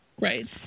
Right